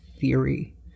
Theory